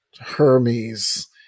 Hermes